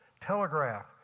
Telegraph